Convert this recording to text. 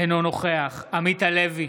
אינו נוכח עמית הלוי,